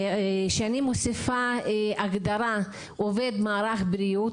כשאני מוסיפה הגדרה 'עובד מערך בריאות'.